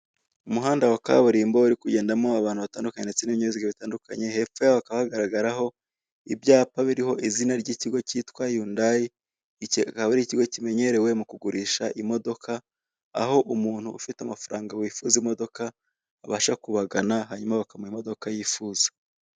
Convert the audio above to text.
Umuhanda wa kaburimbo uri kugendamo abantu batandukanye ndetse n'ibinyabiziga bitandukanye hepfo yaho hakaba hagaragaraho ibyapa biriho izina ry'ikigo cyitwa yundayi, iki akaba ar'ikigo kimenyerewe mu kugurisha imodoka, aho umuntu ufite amafaranga wifuza imodoka abasha kubagana hanyuma bakamuha imodoka yifuza.